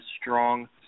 strong